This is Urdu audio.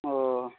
اوہ